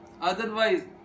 Otherwise